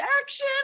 action